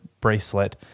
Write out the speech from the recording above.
bracelet